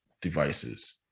devices